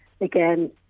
again